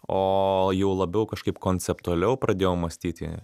o jau labiau kažkaip konceptualiau pradėjau mąstyti